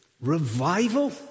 Revival